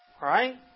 Right